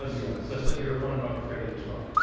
ah the u. s. let's let your opponent, robert fraley respond.